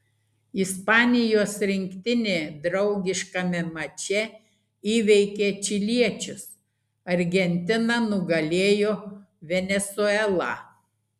ispanijos rinktinė draugiškame mače įveikė čiliečius argentina nugalėjo venesuelą